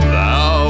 Thou